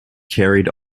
carried